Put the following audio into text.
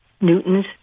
Newton's